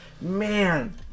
Man